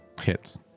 Hits